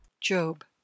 Job